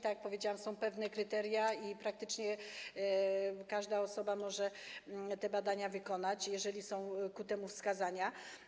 Tak jak powiedziałam, są pewne kryteria, ale praktycznie każda osoba może te badania wykonać, jeżeli są ku temu wskazania.